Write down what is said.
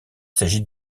s’agit